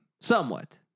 Somewhat